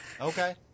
Okay